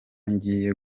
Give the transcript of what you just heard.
ngiye